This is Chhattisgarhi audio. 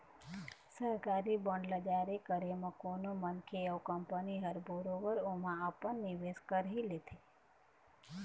सरकारी बांड ल जारी करे म कोनो मनखे अउ कंपनी ह बरोबर ओमा अपन निवेस कर ही लेथे